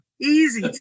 easy